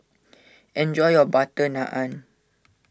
enjoy your Butter Naan